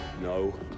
No